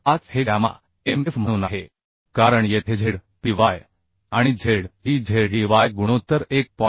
5 हे gamma Mf म्हणून आहे कारण येथे zpy आणि zezey गुणोत्तर 1